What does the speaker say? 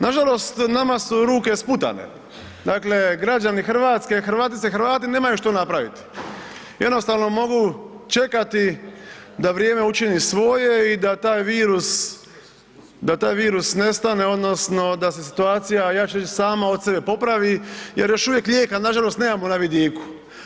Nažalost nama su ruke sputane, dakle građani Hrvatske, Hrvatice i Hrvati nemaju što napraviti jednostavno mogu čekati da vrijeme učini svoje i da taj virus, da taj virus nestane odnosno da se situacija ja ću reći sama od sebe popravi jer još uvijek lijeka nažalost nemamo na vidiku.